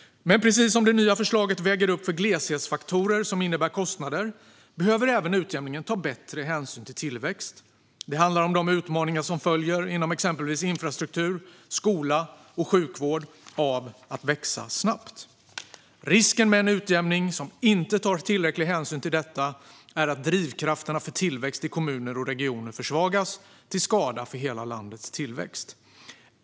Men precis som det nya förslaget väger upp för gleshetsfaktorer som innebär kostnader behöver utjämningen även ta bättre hänsyn till tillväxt. Det handlar om de utmaningar som följer av att växa snabbt när det gäller exempelvis infrastruktur, skola och sjukvård. Risken med en utjämning som inte tar tillräcklig hänsyn till detta är att drivkrafterna för tillväxt i kommuner och regioner försvagas, till skada för hela landets tillväxt.